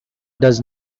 does